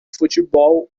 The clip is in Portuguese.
futebol